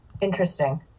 Interesting